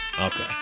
Okay